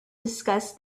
discuss